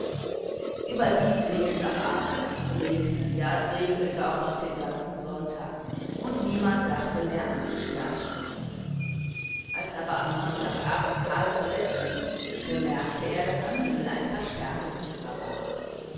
überdies fing es am abend an zu regnen ja es regnete auch noch den ganzen sonntag und niemand dachte mehr an die sternschnuppen als aber am sonntag abend karl zu bett ging bemerkte er daß am himmel ein paar sterne sichtbar waren